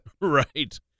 Right